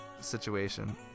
situation